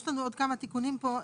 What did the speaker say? יש לנו עוד כמה תיקונים פה.